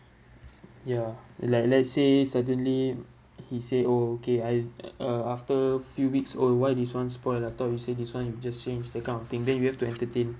ya like let's say suddenly he say oh okay I uh after few weeks oh why this one spoil I thought you say this one you just change that kind of thing then you have to entertain